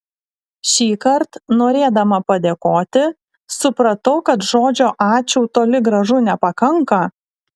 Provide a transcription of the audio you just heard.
šįkart norėdama padėkoti supratau kad žodžio ačiū toli gražu nepakanka